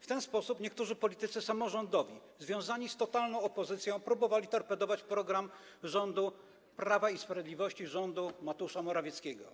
W ten sposób niektórzy politycy samorządowi, związani z totalną opozycją, próbowali torpedować program rządu Prawa i Sprawiedliwości, rządu Mateusza Morawieckiego.